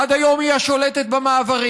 עד היום היא השולטת במעברים.